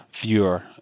viewer